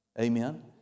Amen